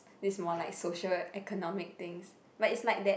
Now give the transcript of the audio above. this is more like social economic things but it's like that